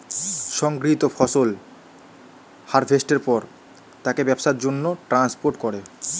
সংগৃহীত ফসল হারভেস্টের পর তাকে ব্যবসার জন্যে ট্রান্সপোর্ট করে